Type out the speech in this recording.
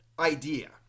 idea